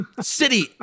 City